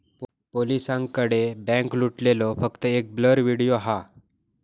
पोलिसांकडे बॅन्क लुटलेलो फक्त एक ब्लर व्हिडिओ हा